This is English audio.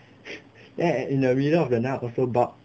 then at in the middle of the night also bark